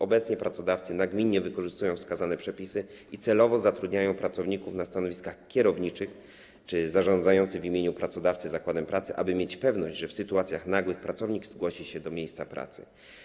Obecnie pracodawcy nagminnie wykorzystują wskazane przepisy i celowo zatrudniają pracowników na stanowiskach kierowniczych czy zarządzających w imieniu pracodawcy zakładem pracy, aby mieć pewność, że w sytuacjach nagłych pracownik zgłosi się do miejsca pracy.